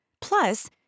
Plus